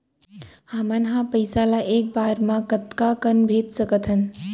हमन ह पइसा ला एक बार मा कतका कन भेज सकथन?